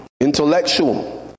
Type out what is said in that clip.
intellectual